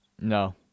no